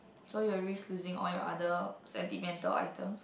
so you will risk losing all your other sentimental items